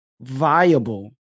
viable